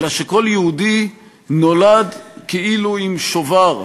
אלא שכל יהודי נולד כאילו עם שובר,